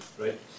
right